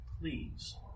please